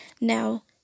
now